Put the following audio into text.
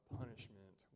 punishment